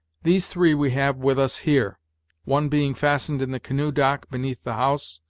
these three we have with us here one being fastened in the canoe-dock beneath the house,